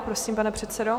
Prosím, pane předsedo.